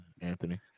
anthony